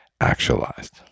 actualized